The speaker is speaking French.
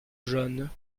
jaunes